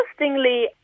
interestingly